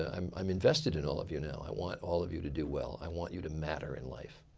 um i'm invested in all of you now. i want all of you to do well. i want you to matter in life.